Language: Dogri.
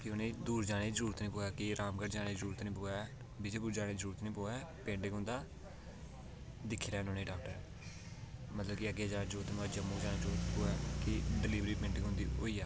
की उनें ई दूर जाने दी जरूरत निं पवै कि रामगढ़ जाने दी जरूरत निं पवै विजयपुर जाने दी जरूरत निं पवै कि पिंड गै उनेंगी दिक्खी लैन डॉक्टर कि अग्गें कुदै जम्मू जामने दी जरूरत निं पवै डिलवरी उंदी मिंटां गै होई जा